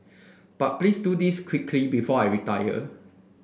but please do this quickly before I retire